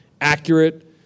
accurate